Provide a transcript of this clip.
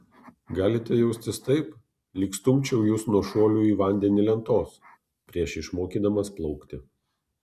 galite jaustis taip lyg stumčiau jus nuo šuolių į vandenį lentos prieš išmokydamas plaukti